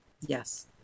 Yes